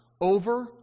over